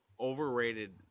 overrated